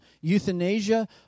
euthanasia